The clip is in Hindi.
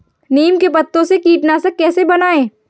नीम के पत्तों से कीटनाशक कैसे बनाएँ?